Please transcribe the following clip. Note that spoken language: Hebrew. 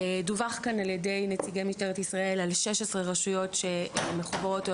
דווח כאן על ידי נציגי משטרת ישראל על 16 רשויות שמחוברות היום